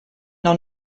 noch